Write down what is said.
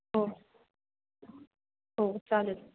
हो हो चालेल